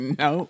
no